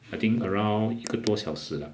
I think around 一个多小时 lah